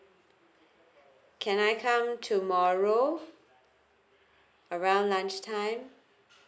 can I come tomorrow around lunch time